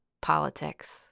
politics